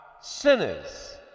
sinners